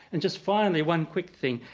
and just finally one quick thing.